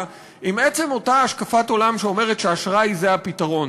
עם אותה השקפת עולם שאומרת שאשראי זה הפתרון.